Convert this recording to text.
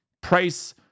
Price